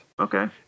Okay